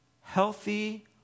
Healthy